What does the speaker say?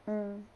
mm